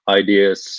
ideas